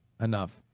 enough